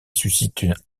suscite